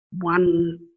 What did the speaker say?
one